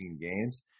games